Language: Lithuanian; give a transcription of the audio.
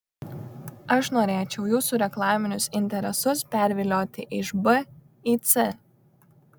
aš norėčiau jūsų reklaminius interesus pervilioti iš b į c